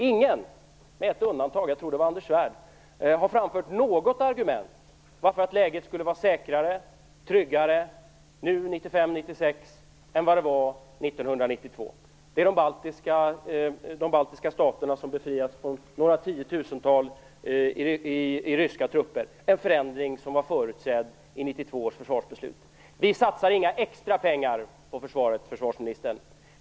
Ingen, med ett undantag, jag tror att det var Anders Svärd, har framfört något argument för att läget skulle vara säkrare, tryggare 1995 och 1996 än det var 1992. Det är de baltiska staterna som har befriats från några tiotusental i ryska trupper, en förändring som var förutsedd i 1992 års försvarsbeslut. Vi satsar inga extra pengar på försvaret, försvarsministern.